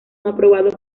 aprobado